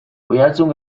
oihartzun